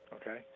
okay